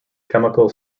chemical